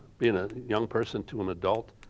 being a young person to an adult,